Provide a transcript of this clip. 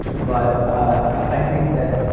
but i think that